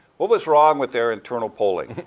what was wrong with their internal polling?